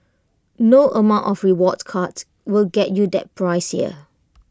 no amount of rewards cards will get you that price here